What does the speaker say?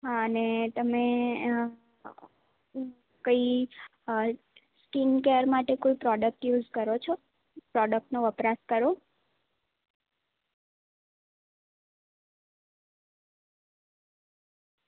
હ અને તમે કઈ સ્કીન કેર માટે કોઈ પ્રોડક્ટ યુઝ કરો છો પ્રોડક્ટનો વપરાશ કરો